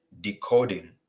Decoding